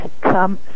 come